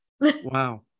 Wow